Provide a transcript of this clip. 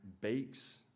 bakes